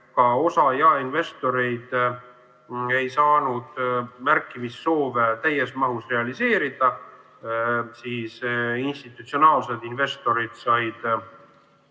osa jaeinvestoreid ei saanud märkimissoove täies mahus realiseerida. Institutsionaalsed investorid said